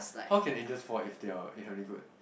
how can angels fall if they are they are already good